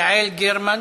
יעל גרמן,